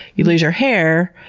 you lose your hair,